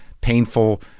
painful